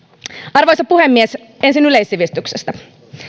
arvoisa puhemies ensin yleissivistyksestä